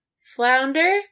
Flounder